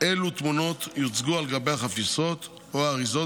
אילו תמונות יוצגו על גבי החפיסות או האריזות,